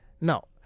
Now